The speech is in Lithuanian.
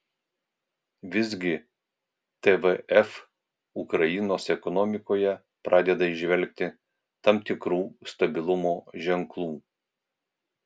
visgi tvf ukrainos ekonomikoje pradeda įžvelgti tam tikrų stabilumo ženklų